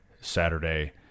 Saturday